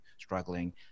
struggling